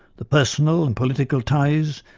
the personal and political ties,